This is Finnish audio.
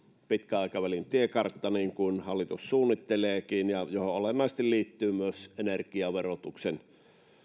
pitkän aikavälin tiekartta niin kuin hallitus suunnitteleekin johon olennaisesti liittyy myös energiaverotuksen